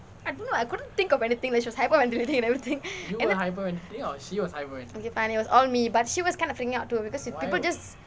I don't know I couldn't think of anything she was hyperventilating and everything okay fine it was all me but she was kind of freaking out too people just